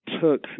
took